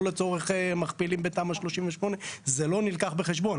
לא לצורך מכפילים בתמ"א 38. זה לא נלקח בחשבון.